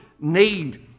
need